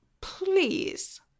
please